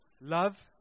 Love